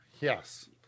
Yes